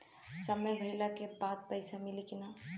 समय भइला के बाद पैसा मिली कि ना?